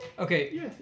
Okay